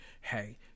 hey